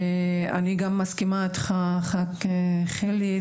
אני גם מסכימה איתך חבר הכנסת חילי,